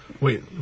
Wait